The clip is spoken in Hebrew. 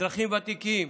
אזרחים ותיקים,